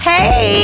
Hey